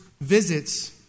visits